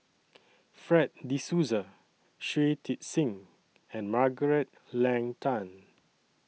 Fred De Souza Shui Tit Sing and Margaret Leng Tan